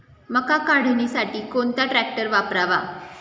मका काढणीसाठी कोणता ट्रॅक्टर वापरावा?